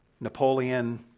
Napoleon